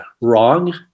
wrong